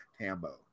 Tambo